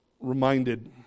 reminded